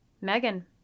Megan